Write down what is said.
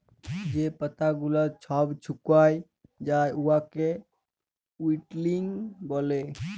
যে পাতা গুলাল ছব ছুকাঁয় যায় উয়াকে উইল্টিং ব্যলে